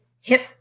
hip